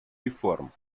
reform